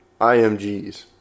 IMGs